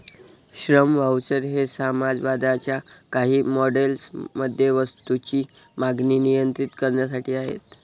श्रम व्हाउचर हे समाजवादाच्या काही मॉडेल्स मध्ये वस्तूंची मागणी नियंत्रित करण्यासाठी आहेत